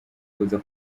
kuza